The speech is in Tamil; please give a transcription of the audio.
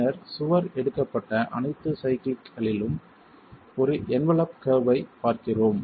பின்னர் சுவர் எடுக்கப்பட்ட அனைத்து சைக்ளிக்களிலும் ஒரு என்வலப் கர்வ் ஐப் பார்க்கிறோம்